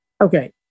Okay